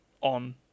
on